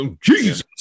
Jesus